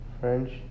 French